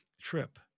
trip